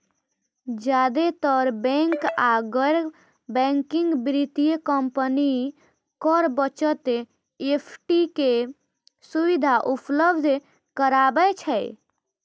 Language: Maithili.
जादेतर बैंक आ गैर बैंकिंग वित्तीय कंपनी कर बचत एफ.डी के सुविधा उपलब्ध कराबै छै